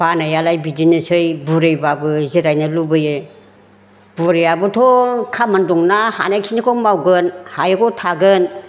बानायालाय बिदिनोसै बुरिब्लाबो जिरायनो लुबैयो बुरियाबोथ' खामानि दंना हानायखिनिखौ मावगोन हायैखौ थागोन